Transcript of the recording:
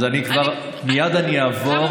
מייד אני אעבור,